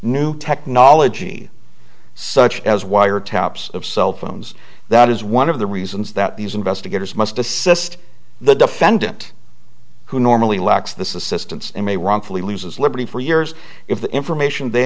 new technology such as wire taps of cell phones that is one of the reasons that these investigators must assist the defendant who normally locks the system they may wrongfully loses liberty for years if the information they